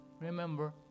Remember